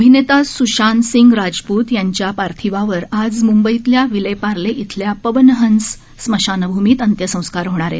अभिनेता सुशांतसिंग राजपूत यांच्या पार्थिवावर आज मूंबईतल्या विलेपार्ले इथल्या पवन हंस स्मशानभूमीत अंत्यसंस्कार होणार आहेत